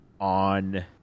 on